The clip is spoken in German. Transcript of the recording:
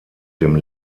dem